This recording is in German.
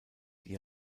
die